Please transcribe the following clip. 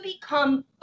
become